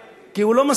אני לא אתמוך.